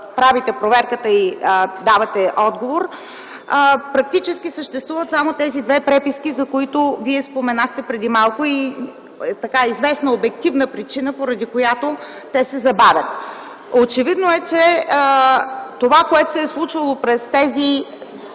правите проверката и давате отговор, практически съществуват само тези две преписки, за които Вие споменахте преди малко, и е известна обективна причина, поради която те се забавят. Очевидно е, че това, което се е случило през тези